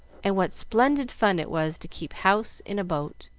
and what splendid fun it was to keep house in a boat.